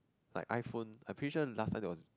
like iPhone I am pretty sure last time there was